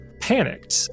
Panicked